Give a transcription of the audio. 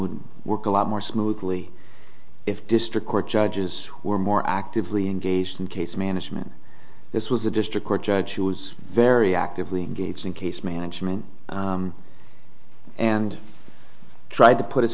would work a lot more smoothly if district court judges were more actively engaged in case management this was a district court judge who was very actively engaged in case management and tried to put his